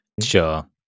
Sure